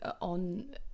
on